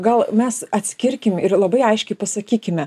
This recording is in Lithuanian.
gal mes atskirkim ir labai aiškiai pasakykime